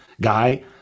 guy